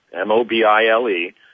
M-O-B-I-L-E